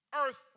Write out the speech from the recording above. Earth